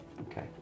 Okay